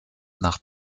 nach